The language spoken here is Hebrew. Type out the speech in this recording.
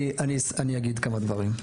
אני אגיד כמה דברים.